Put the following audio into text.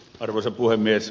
arvoisa puhemies